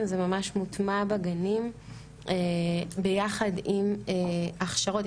זה ממש מוטמע בגנים ביחד עם הכשרות.